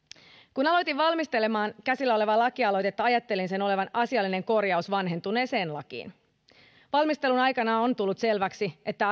kun aloitin valmistelemaan käsillä olevaa lakialoitetta ajattelin sen olevan asiallinen korjaus vanhentuneeseen lakiin valmistelun aikana on tullut selväksi että